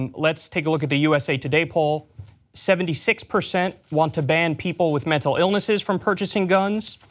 and let's take a look at the usa today poll seventy six percent want to ban people with mental illnesses from purchasing guns,